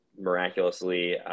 miraculously